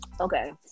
Okay